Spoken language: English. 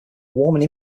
warming